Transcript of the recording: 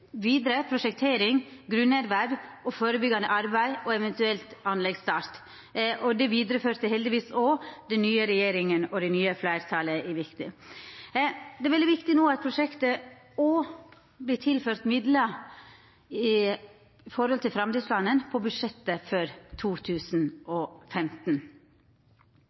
vidare prosjektering, grunnerverv og førebyggjande arbeid og eventuell anleggsstart. Det vidareførte heldigvis òg den nye regjeringa og det nye fleirtalet. Det er veldig viktig no at prosjektet òg vert tilført midlar til framtidsplanen på budsjettet for 2015.